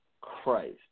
Christ